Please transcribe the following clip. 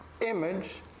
Image